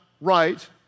right